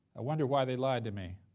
i wonder why they lied to me.